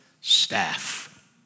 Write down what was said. staff